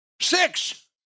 Six